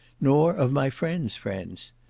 nor of my friends' friends.